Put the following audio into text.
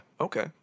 Okay